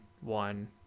one